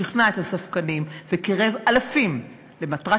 שכנע את הספקנים וקירב אלפים למטרת